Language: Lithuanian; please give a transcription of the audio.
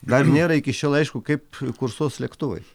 gal nėra iki šiol aišku kaip kursuos lėktuvai